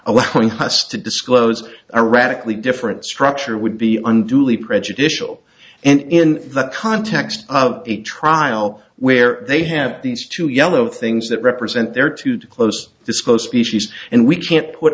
allow us to disclose a radically different structure would be unduly prejudicial and in the context of a trial where they have these two yellow things that represent they're too close this close species and we can't put